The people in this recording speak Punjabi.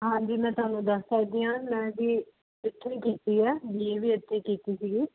ਹਾਂਜੀ ਮੈਂ ਤੁਹਾਨੂੰ ਦੱਸ ਸਕਦੀ ਹਾਂ ਮੈਂ ਜੀ ਇੱਥੋਂ ਹੀ ਕੀਤੀ ਆ ਬੀ ਏ ਵੀ ਇੱਥੋਂ ਕੀਤੀ ਸੀਗੀ